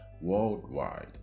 worldwide